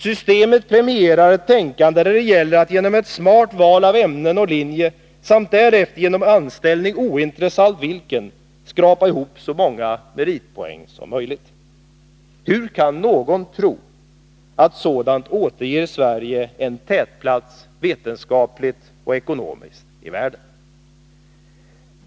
Systemet premierar ett tänkande som innebär att man genom ett smart val av ämnen och linje samt därefter genom anställning — det är ointressant vilken man väljer — skrapar ihop så många meritpoäng som Hur kan någon tro att sådant vetenskapligt och ekonomiskt sett återger Sverige en tätplats i världen?